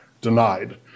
denied